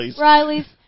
Riley's